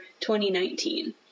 2019